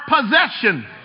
possession